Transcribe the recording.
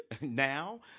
now